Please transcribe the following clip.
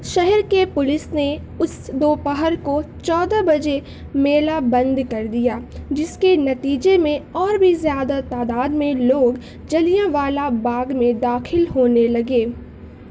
شہر کے پولیس نے اس دوپہر کو چودہ بجے میلہ بند کر دیا جس کے نتیجے میں اور بھی زیادہ تعداد میں لوگ جلیانوالہ باغ میں داخل ہونے لگے